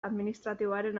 administratiboaren